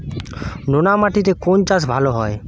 নোনা মাটিতে কোন চাষ ভালো হয়?